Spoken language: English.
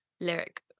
lyric